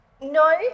No